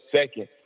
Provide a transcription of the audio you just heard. second